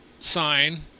sign